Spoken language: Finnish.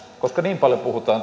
koska niin paljon puhutaan